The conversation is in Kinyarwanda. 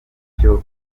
bityo